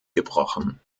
gebrochen